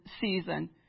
season